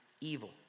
evil